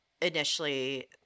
initially